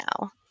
now